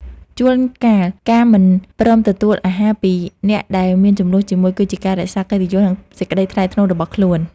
ជួនកាលការមិនព្រមទទួលអាហារពីអ្នកដែលមានជម្លោះជាមួយ គឺជាការរក្សាកិត្តិយសនិងសេចក្តីថ្លៃថ្នូររបស់ខ្លួន។